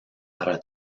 para